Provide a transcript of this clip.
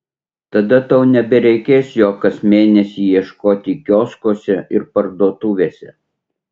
tada tau nebereikės jo kas mėnesį ieškoti kioskuose ir parduotuvėse